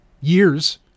years